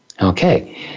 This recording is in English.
Okay